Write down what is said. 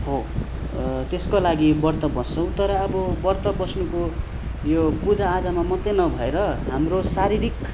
हो त्यसको लागि ब्रत बस्छौँ तर अब ब्रत बस्नुको यो पूजाआजामा मात्रै नभएर हाम्रो शारीरिक